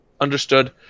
Understood